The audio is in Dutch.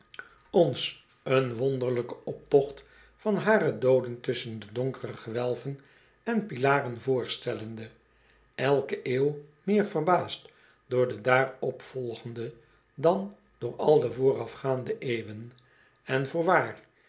ons een wonderlijken optocht van hare dooden tusschen de donkere gewelven on pilaren voorstellende elke eeuw meer verbaasd door de daaropvolgende dan door al de voorafgaande eeuwen en